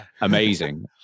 amazing